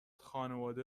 خانواده